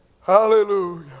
Hallelujah